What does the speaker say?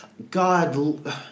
God